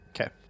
Okay